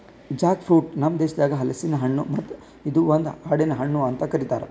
Jack fruit ನಮ್ ದೇಶದಾಗ್ ಹಲಸಿನ ಹಣ್ಣು ಮತ್ತ ಇದು ಒಂದು ಕಾಡಿನ ಹಣ್ಣು ಅಂತ್ ಕರಿತಾರ್